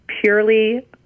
purely